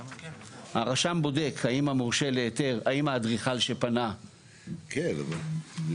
הרשם בודק האם האדריכל שפנה --- כן אבל אני